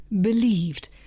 believed